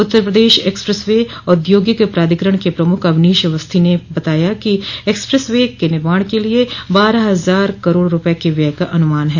उत्तर Pradesh expressway औघोगिक प्राधिकरण के प्रमुख अवनीश अवस्थी ने बताया कि एक्सप्रेस वे निर्माण के लिए बारह हजार करोड़ रूपये के व्यय का अनुमान है